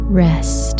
rest